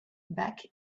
back